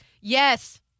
Yes